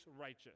righteous